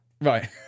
right